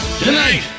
Tonight